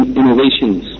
innovations